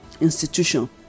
institution